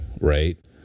right